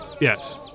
yes